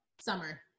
summer